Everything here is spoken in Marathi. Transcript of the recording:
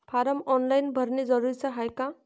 फारम ऑनलाईन भरने जरुरीचे हाय का?